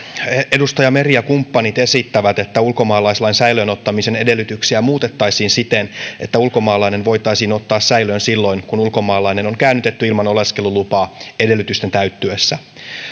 edustaja meri ja kumppanit esittävät että ulkomaalaislain säilöön ottamisen edellytyksiä muutettaisiin siten että ulkomaalainen voitaisiin ottaa säilöön silloin kun ulkomaalainen on käännytetty ilman oleskelulupaa edellytysten täyttyessä